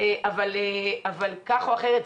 אבל כך או אחרת,